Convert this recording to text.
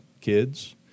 kids